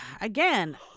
again